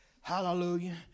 Hallelujah